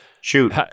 shoot